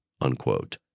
unquote